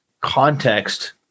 context